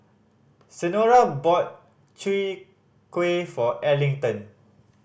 Senora bought Chwee Kueh for Arlington